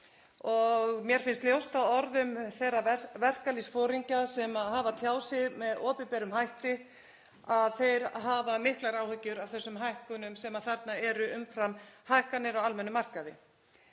Mér finnst ljóst af orðum þeirra verkalýðsforingja sem hafa tjáð sig með opinberum hætti að þeir hafa miklar áhyggjur af þessum hækkunum sem þarna eru umfram hækkanir á almennum markaði.